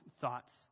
thoughts